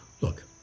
Look